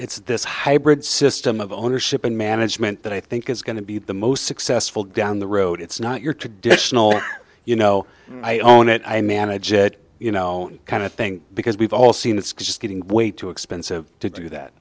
it's this hybrid system of ownership and management that i think is going to be the most successful down the road it's not your traditional you know i own it i manage it you know kind of thing because we've all seen it's just getting way too expensive to do that